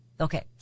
Okay